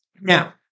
Now